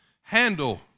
handle